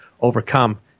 overcome